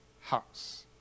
house